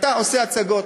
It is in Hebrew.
אתה עושה הצגות,